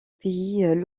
pays